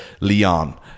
Leon